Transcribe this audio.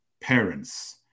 parents